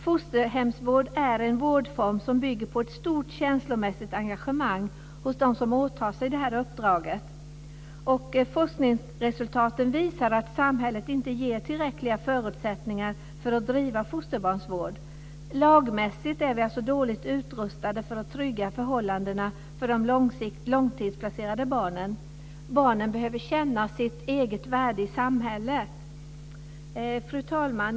Fosterhemsvård är en vårdform som bygger på ett stort känslomässigt engagemang hos dem som åtar sig uppdraget. Forskningsresultaten visar att samhället inte ger tillräckliga förutsättningar för att driva fosterbarnsvård. Lagmässigt är vi alltså dåligt utrustade för att trygga förhållandena för de långtidsplacerade barnen. Barnen behöver känna sitt eget värde i samhället. Fru talman!